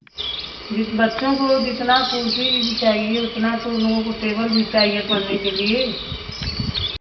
जित बच्चों को जितना कुर्सी चाहिए उतना उतना तो उनलोगों को टेबल भी चाहिए पढ़ने के लिए